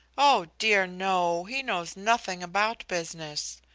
oh dear, no! he knows nothing about business.